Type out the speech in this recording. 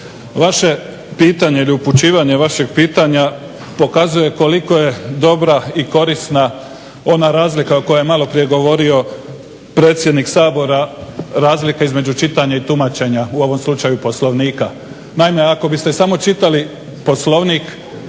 vaše pitanje ili upućivanje vašeg pitanja pokazuje koliko je dobra i korisna ona razlika o kojoj je maloprije govorio predsjednik Sabora, razlika između čitanja i tumačenja u ovom slučaju Poslovnika. Naime, ako biste smo čitali Poslovnik